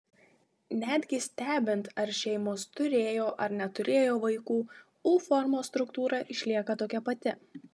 netgi stebint ar šeimos turėjo ar neturėjo vaikų u formos struktūra išlieka tokia pati